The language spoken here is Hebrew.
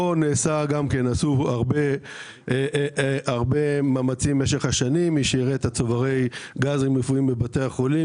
נעשו הרבה מאמצים במשך השנים - מי שיראה את צוברי הגז בבתי החולים,